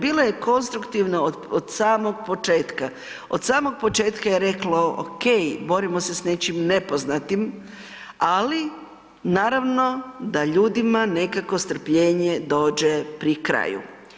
Bila je konstruktivna od samog početka, od samog početka je rekla ok, borimo se s nečim nepoznatim ali naravno da ljudima nekako strpljenje dođe pri kraju.